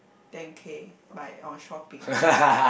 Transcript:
ten K by on shopping